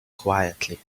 quietly